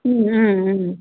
ம் ம் ம்